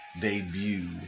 debut